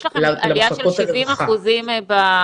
יש לכם עלייה של 70 אחוזים בפניות?